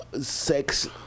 sex